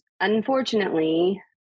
unfortunately